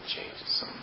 changes